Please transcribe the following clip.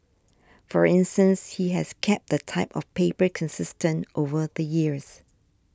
for instance he has kept the type of paper consistent over the years